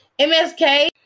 MSK